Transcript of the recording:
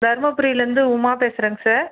தருமபுரிலேந்து உமா பேசுறேங்க சார்